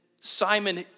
Simon